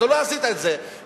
אתה לא עשית את זה,